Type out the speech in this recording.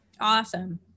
Awesome